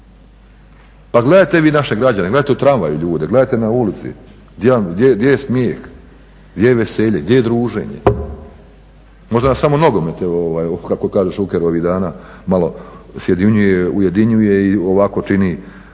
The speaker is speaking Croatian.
Pa gledajte vi naše građane, gledajte u tramvaju ljude, gledajte na ulici, gdje je smijeh, gdje je veselje, gdje je druženje? Možda samo nogomet, kako kaže Šuker, ovih dana, malo sjedinjuje i ujedinjuje